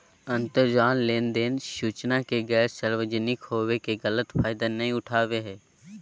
अंतरजाल लेनदेन सूचना के गैर सार्वजनिक होबो के गलत फायदा नयय उठाबैय हइ